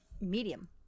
medium